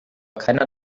keiner